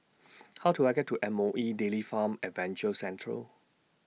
How Do I get to M O E Dairy Farm Adventure Central